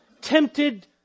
tempted